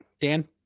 Dan